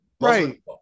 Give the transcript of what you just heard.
right